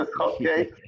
Okay